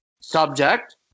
subject